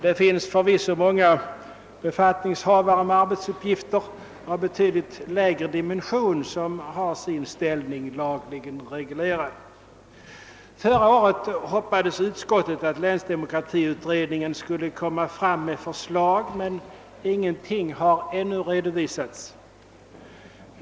Det finns förvisso många befattningshavare med arbetsuppgifter av betydligt lägre dignitet som har sin ställning lagligen reglerad. Förra året hoppades utskottet att länsdemokratiutredningen skulle lägga fram förslag, men ingenting har ännu redovisats.